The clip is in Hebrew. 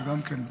שגם כן,